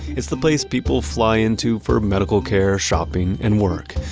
it's the place people fly into for medical care, shopping and work,